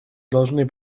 должны